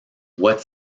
what